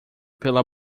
pela